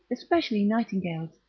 especially nightingales,